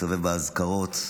הסתובב באזכרות.